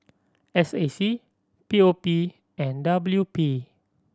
S A C P O P and W P